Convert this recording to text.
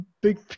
big